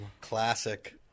Classic